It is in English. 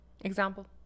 Example